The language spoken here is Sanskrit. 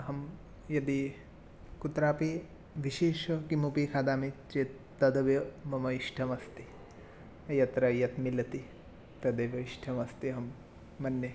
अहं यदि कुत्रापि विशेषं किमपि खादामि चेत् तदव्य मम इष्टमस्ति यत्र यद्मिलति तदेव इष्टमस्ति अहं मन्ये